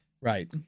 Right